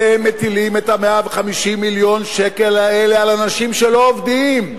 אתם מטילים את 150 מיליון השקל האלה על אנשים שלא עובדים,